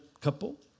couple